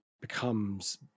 becomes